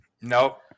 Nope